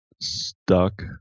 stuck